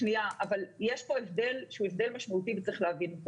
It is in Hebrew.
אבל יש כאן הבדל שהוא הבדל משמעותי וצריך להבין.